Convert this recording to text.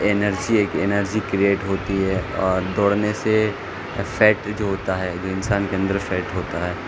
energy ایک energy create ہوتی ہے اور دوڑنے سے فیٹ جو ہوتا ہے جو انسان کے اندر فیٹ ہوتا ہے